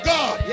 God